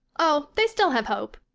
oh, they still have hope.